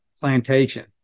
plantation